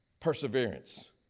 perseverance